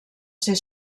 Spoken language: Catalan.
ser